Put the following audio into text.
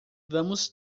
vamos